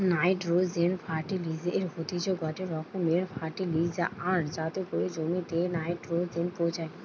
nitrogen ফার্টিলিসের হতিছে গটে রকমের ফার্টিলাইজার যাতে করি জমিতে নাইট্রোজেন পৌঁছায়